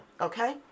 Okay